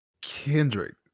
Kendrick